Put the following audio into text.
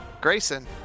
Grayson